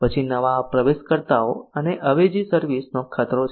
પછી નવા પ્રવેશકર્તાઓ અને અવેજી સર્વિસ નો ખતરો છે